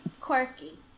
quirky